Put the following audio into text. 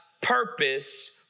purpose